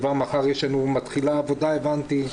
כבר מחר מתחילה העבודה, הבנתי.